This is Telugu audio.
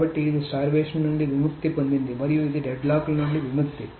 కాబట్టి ఇది స్టార్వేషన్ నుండి విముక్తి పొందింది మరియు ఇది డెడ్లాక్ల నుండి విముక్తి